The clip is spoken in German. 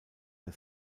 der